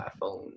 iPhone